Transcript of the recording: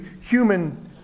human